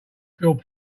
feel